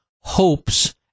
hopes